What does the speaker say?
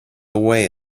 away